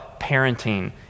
parenting